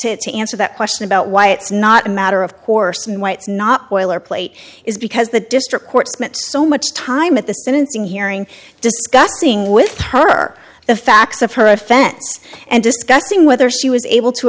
say to answer that question about why it's not a matter of course and white's not boilerplate is because the district court spent so much time at the sentencing hearing discussing with her the facts of her offense and discussing whether she was able to